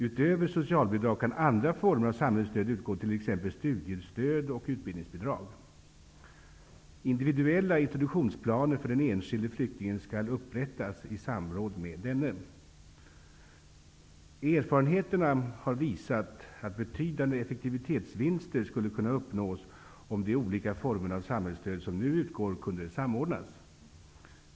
Utöver socialbidrag kan andra former av samhällsstöd utgå, t.ex. studiestöd och utbildningsbidrag. Individuella introduktionsplaner för den enskilde flyktingen skall upprättas i samråd med denne. Erfarenheterna visar att betydande effektivitetsvinster skulle kunna uppnås, om de olika former av samhällsstöd som nu utgår kunde samordnas.